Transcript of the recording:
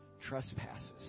trespasses